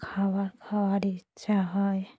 খাবার খাওয়ার ইচ্ছা হয়